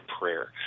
prayer